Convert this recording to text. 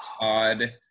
Todd